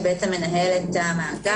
שמנהל את המאגר.